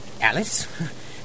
Alice